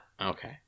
Okay